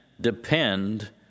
depend